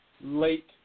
late